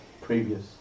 previous